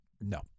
No